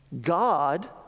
God